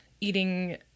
eating